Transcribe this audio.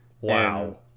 Wow